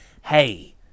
hey